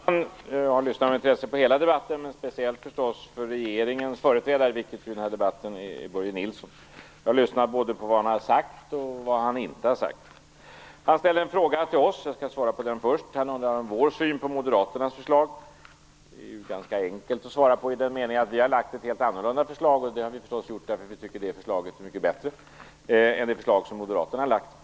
Fru talman! Jag har lyssnat med intresse på hela debatten, men kanske speciellt till regeringens företrädare, vilket i den här debatten är Börje Nilsson. Jag har lyssnat både på vad han har sagt och på vad han inte har sagt. Han ställde en fråga till oss. Jag skall först svara på den. Det handlar om Folkpartiets syn på Moderaternas förslag. Det är ganska enkelt att svara på det i den meningen att vi har lagt fram ett helt annorlunda förslag. Det har vi förstås gjort därför att vi tycker att det förslaget är mycket bättre än det förslag som Moderaterna har lagt fram.